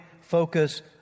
focus